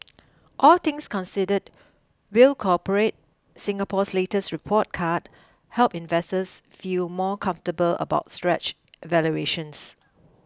all things considered will cooperate Singapore's latest report card help investors feel more comfortable about stretch valuations